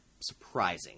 surprising